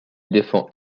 défend